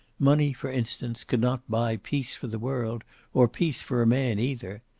money, for instance, could not buy peace for the world or peace for a man, either.